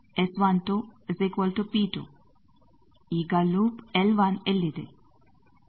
ಅಲ್ಲಿ ಯಾವುದೇ L ಇದೆಯೇ